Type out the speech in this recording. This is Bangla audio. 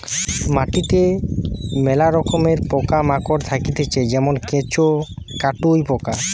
মাটিতে মেলা রকমের পোকা মাকড় থাকতিছে যেমন কেঁচো, কাটুই পোকা